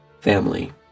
family